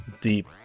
deep